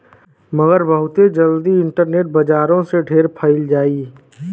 मगर बहुते जल्दी इन्टरनेट बजारो से ढेर फैल जाई